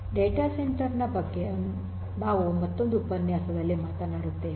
data centre ನ ಬಗ್ಗೆ ನಾವು ಮತ್ತೊಂದು ಉಪನ್ಯಾಸದಲ್ಲಿ ಮಾತನಾಡುತ್ತೇವೆ